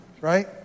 right